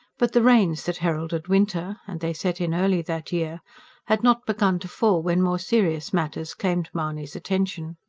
but the rains that heralded winter and they set in early that year had not begun to fall when more serious matters claimed mahony's attention.